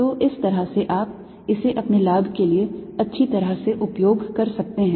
तो इस तरह से आप इसे अपने लाभ के लिए अच्छी तरह से उपयोग कर सकते हैं